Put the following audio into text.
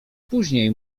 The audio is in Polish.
później